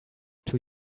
too